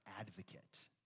advocate